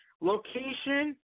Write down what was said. location